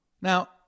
Now